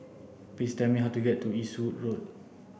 please tell me how to get to Eastwood Road